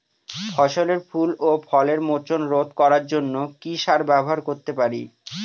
ফসলের ফুল ও ফলের মোচন রোধ করার জন্য কি সার ব্যবহার করতে পারি?